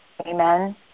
Amen